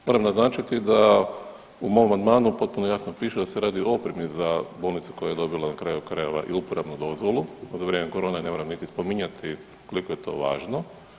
Moram naznačiti da u mom amandmanu potpuno jasno piše da se radi o opremi za bolnicu koja je dobila na kraju krajeva i uporabnu dozvolu za vrijeme korone, ne moram niti spominjati koliko je to važno.